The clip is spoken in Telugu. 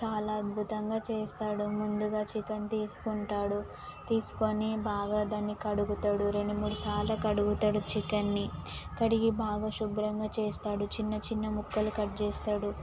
చాలా అద్భుతంగా చేస్తాడు ముందుగా చికెన్ తీసుకుంటాడు తీసుకొని బాగా దాన్ని కడుగుతాడు రెండు మూడుసార్లు కడుగుతాడు చికెన్ని కడిగి బాగా శుభ్రంగా చేస్తాడు చిన్న చిన్న ముక్కలు కట్ చేస్తాడు